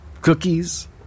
cookies